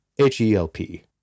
H-E-L-P